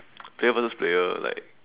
player versus player like